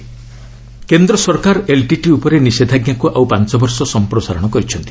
LTTE ban କେନ୍ଦ୍ର ସରକାର LTTE ଉପରେ ନିଶେଦ୍ଧାଞ୍ଜାକୃ ଆଉ ପାଞ୍ଚ ବର୍ଷ ସମ୍ପ୍ରସାରଣ କରିଛନ୍ତି